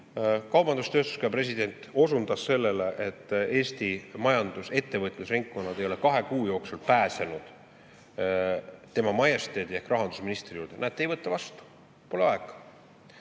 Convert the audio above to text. Kaubandus-tööstuskoja president osundas sellele, et Eesti ettevõtlusringkond ei ole kahe kuu jooksul pääsenud tema majesteedi ehk rahandusministri juurde. Näete, ei võta vastu, pole aega.